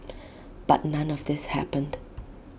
but none of this happened